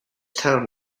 town